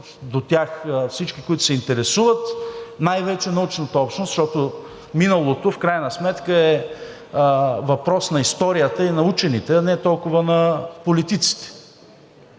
до тях всички, които се интересуват, най-вече научната общност, защото миналото в крайна сметка е въпрос на историята и на учените, а не толкова на политиците.